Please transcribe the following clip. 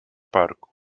parku